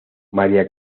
maría